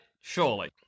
Surely